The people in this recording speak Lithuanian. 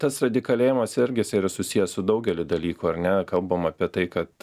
tas radikalėjimas irgi jisai yra susijęs su daugelių dalykų ar ne kalbam apie tai kad